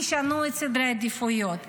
תשנו את סדרי העדיפויות.